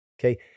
okay